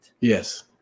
Yes